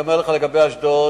אני אומר לך לגבי אשדוד,